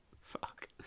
fuck